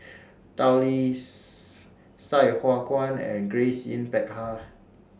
Tao Li Sai Hua Kuan and Grace Yin Peck Ha